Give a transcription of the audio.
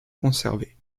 conservés